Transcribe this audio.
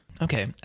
okay